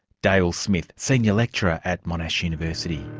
dale smith, senior lecturer at monash university.